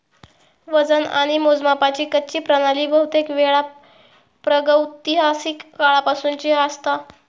वजन आणि मोजमापाची कच्ची प्रणाली बहुतेकवेळा प्रागैतिहासिक काळापासूनची असता